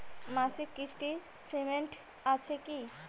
মাসিক কিস্তির সিস্টেম আছে কি?